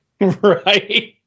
Right